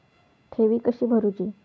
ठेवी कशी भरूची?